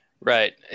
Right